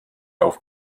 auf